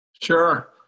Sure